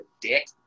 dick